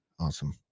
awesome